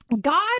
God